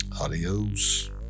adios